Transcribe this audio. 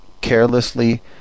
carelessly